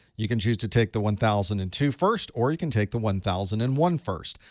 you can choose to take the one thousand and two first or you can take the one thousand and one first.